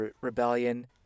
Rebellion